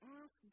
ask